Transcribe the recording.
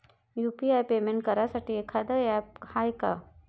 UPI payment करासाठी एखांद app हाय का?